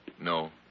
No